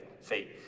Faith